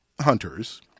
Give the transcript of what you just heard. hunters